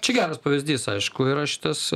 čia geras pavyzdys aišku yra šitas